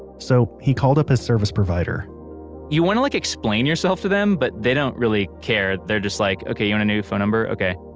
so he called up his service provider you want to like explain yourself to them, but they don't really care. they're just like, okay you want and a new phone number? okay.